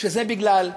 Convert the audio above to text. שזה בגלל,